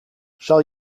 zal